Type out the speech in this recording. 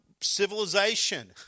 civilization